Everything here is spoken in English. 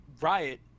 Riot